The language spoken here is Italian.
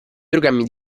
programmi